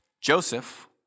Joseph